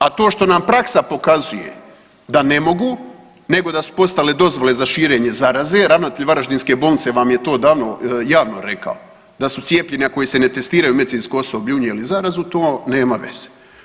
A to što nam praksa pokazuje da ne mogu nego da su postale dozvole za širenje zaraze, ravnatelj Varaždinske bolnice vam je to davno javno rekao da su cijepljeni koji se ne testiraju medicinsko osoblje unijeli zarazu to nema veze.